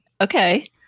okay